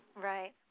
Right